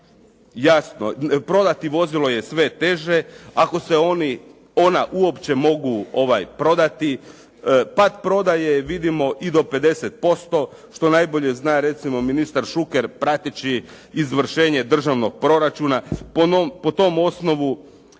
padaju. Prodati vozilo je sve teže. Ako se ona uopće mogu prodati. Pad prodaje je vidimo i do 50%, što najbolje zna recimo ministar Šuker prateći izvršenje državnog proračuna. Po tom osnovu